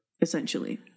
essentially